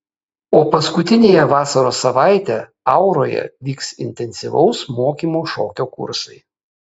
o paskutiniąją vasaros savaitę auroje vyks intensyvaus mokymo šokio kursai